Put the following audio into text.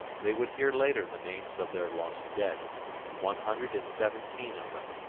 they would hear later the names of their lost dead one hundred and seventeen of them.